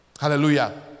Hallelujah